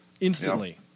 Instantly